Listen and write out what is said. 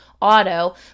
auto